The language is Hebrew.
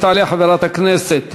תעלה חברת הכנסת